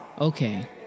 Okay